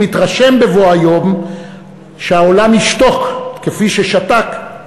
התרשם שבבוא היום העולם ישתוק כפי ששתק,